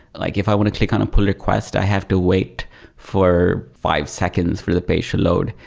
like if i want to click on a pull request, i have to wait for five seconds for the page to load.